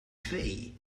twee